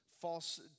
false